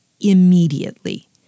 immediately